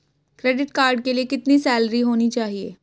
Credit card के लिए कितनी सैलरी होनी चाहिए?